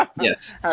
yes